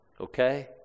Okay